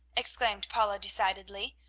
exclaimed paula, decidedly,